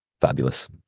Fabulous